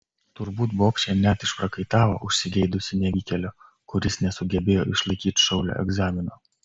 turbūt bobšė net išprakaitavo užsigeidusi nevykėlio kuris nesugebėjo išlaikyti šaulio egzamino